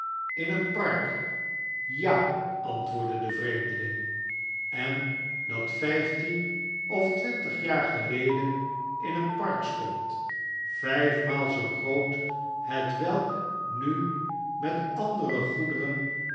in een park jv antwoordde de vreemdeling en dat vijftien of twintig jaar geleden in een park stond vijfmaal zoo groot hetwelk nu met andere goederen